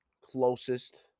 closest